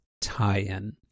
tie-in